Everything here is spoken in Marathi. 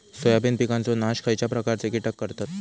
सोयाबीन पिकांचो नाश खयच्या प्रकारचे कीटक करतत?